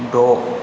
द'